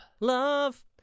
Love